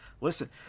listen